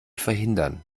verhindern